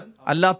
Allah